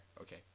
Okay